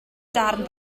darn